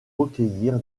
recueillir